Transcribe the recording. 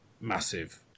massive